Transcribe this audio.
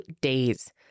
days